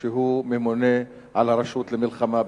שהוא ממונה על הרשות למלחמה בסמים.